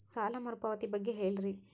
ಸಾಲ ಮರುಪಾವತಿ ಬಗ್ಗೆ ಹೇಳ್ರಿ?